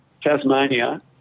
Tasmania